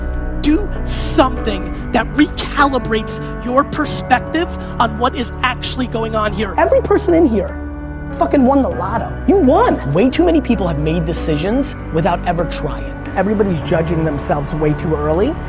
do something that recalibrates your perspective on what is actually going on here. every person in here fucking won the lotto. you won. way too many people have made decisions without ever trying. everybody's judging themselves way too early.